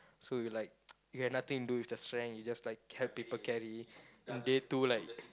so you like you have nothing to do with your strength you just like help people carry day two like